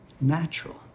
natural